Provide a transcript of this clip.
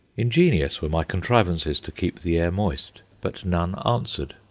ingenious were my contrivances to keep the air moist, but none answered.